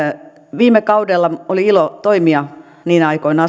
viime kaudella oli ilo toimia asuntoministerinä niinä aikoina